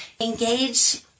Engage